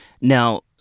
Now